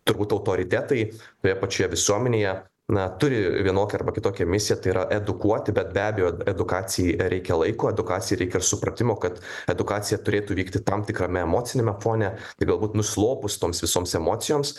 turbūt autoritetai toje pačioje visuomenėje na turi vienokią arba kitokią misiją tai yra edukuoti bet be abejo edukacijai reikia laiko edukacijai ir supratimo kad edukacija turėtų vykti tam tikrame emociniame fone tai galbūt nuslopus toms visoms emocijoms